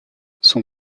son